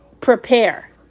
prepare